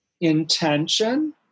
intention